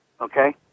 Okay